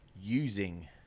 using